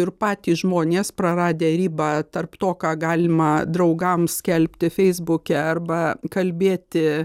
ir patys žmonės praradę ribą tarp to ką galima draugams skelbti feisbuke arba kalbėti